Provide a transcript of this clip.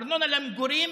הארנונה למגורים